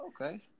okay